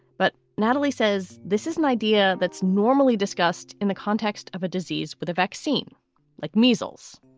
but natalie says this is an idea that's normally discussed in the context of a disease with a vaccine like measles